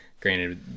granted